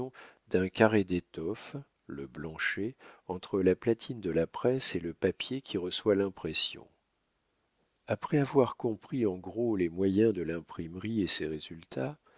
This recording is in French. d'un carré d'étoffe le blanchet entre la platine de la presse et le papier qui reçoit l'impression après avoir compris en gros les moyens de l'imprimerie et ses résultats